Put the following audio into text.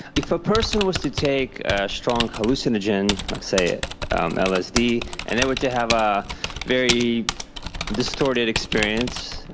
if a person was to take a strong hallucinogen, let's say ah um lsd, and they were to have a very distorted experience,